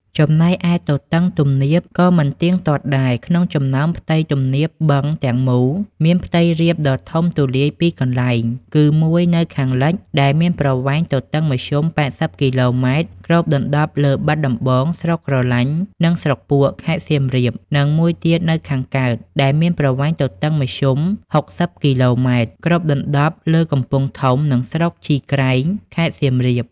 ចំណែកឯទទឹងទំនាបក៏មិនទៀងទាត់ដែរ ក្នុងចំណោមផ្ទៃទំនាបបឹងទាំងមូល មានផ្ទៃរាបដ៏ធំទូលាយពីរកន្លែង គឺមួយនៅខាងលិច ដែលមានប្រវែងទទឹងមធ្យម ៨០ គីឡូម៉ែត្រ គ្របដណ្ដប់លើបាត់ដំបង ស្រុកក្រឡាញ់ និងស្រុកពួក ខេត្តសៀមរាប និងមួយទៀតនៅខាងកើត ដែលមានប្រវែងទទឹងមធ្យម ៦០ គីឡូម៉ែត្រ គ្របដណ្ដប់លើកំពង់ធំ និងស្រុកជីក្រែង ខេត្តសៀមរាប។